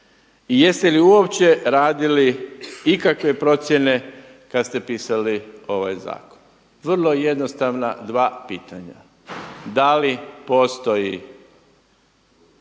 I jeste li uopće raditi ikakve procjene kada ste pisali ovaj zakon? Vrlo jednostavna dva pitanja. Da li postoji